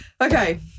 Okay